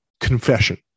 confession